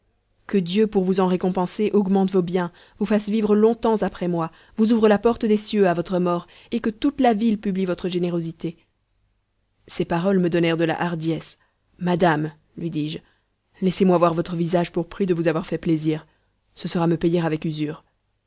que dieu pour vous en récompenser augmente vos biens vous fasse vivre longtemps après moi vous ouvre la porte des cieux à votre mort et que toute la ville publie votre générosité ces paroles me donnèrent de la hardiesse madame lui dis-je laissez-moi voir votre visage pour prix de vous avoir fait plaisir ce sera me payer avec usure